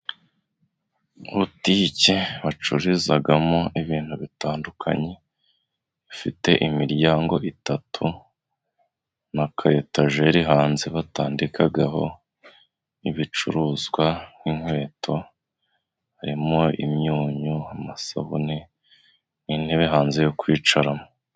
Butike bacururizamo ibintu bitandukanye, ifite imiryango itatu n'ak'etajeri hanze batandikaho ibicuruzwa nk'inkweto, harimo imyunyu, amasabune, n'intebe hanze yo kwicaramo.